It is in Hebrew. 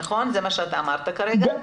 נכון, זה מה שאמרת כרגע?